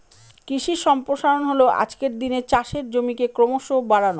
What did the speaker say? কৃষি সম্প্রসারণ হল আজকের দিনে চাষের জমিকে ক্রমশ বাড়ানো